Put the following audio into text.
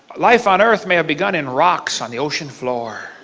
life on earth may have begun in rocks on the ocean floor.